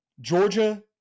Georgia